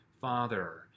father